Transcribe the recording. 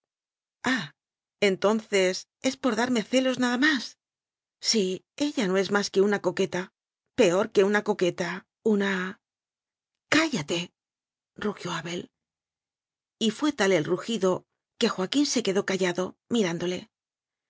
ah entonces es por darme celos nada más sí ella no es más que una coqueta peor que una coqueta una cállate rugió abel y fué tal el rugido que joaquín se quedó callado mirándole